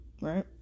Right